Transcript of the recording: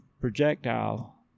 projectile